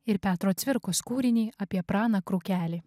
ir petro cvirkos kūrinį apie praną krukelį